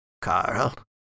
Carl